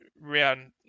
round